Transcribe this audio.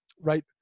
right